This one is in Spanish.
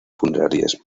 funerarias